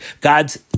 God's